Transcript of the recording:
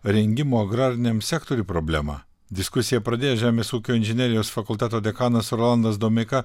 rengimo agrariniam sektoriui problemą diskusiją pradėjęs žemės ūkio inžinerijos fakulteto dekanas rolandas domeika